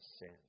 sin